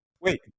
Wait